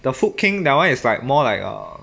the food king that [one] is like more like err